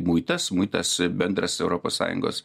muitas muitas bendras europos sąjungos